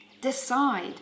decide